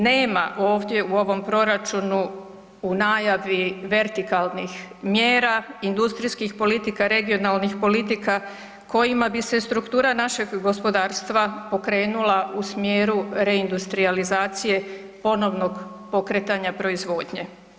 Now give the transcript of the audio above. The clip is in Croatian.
Nema ovdje u ovom proračunu u najavi vertikalnih mjera, industrijskih politika, regionalnih politika kojima bi se struktura našeg gospodarstva pokrenula u smjeru reindustrijalizacije ponovnog pokretanja proizvodnje.